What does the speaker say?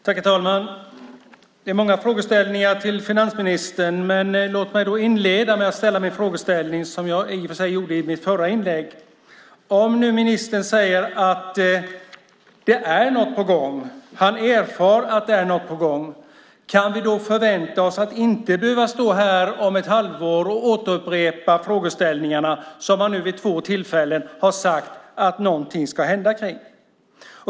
Herr talman! Det är många frågor till finansministern. Låt mig inleda med att ställa den fråga som jag också ställde i mitt förra inlägg. Om ministern erfar att det är något på gång, kan vi då förvänta oss att inte behöva stå här om ett halvår och upprepa frågorna som han nu vid två tillfällen har sagt att något ska hända kring?